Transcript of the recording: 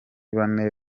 bane